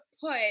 put